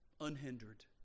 Unhindered